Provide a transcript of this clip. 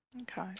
Okay